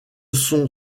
sont